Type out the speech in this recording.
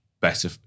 better